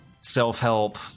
self-help